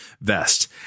vest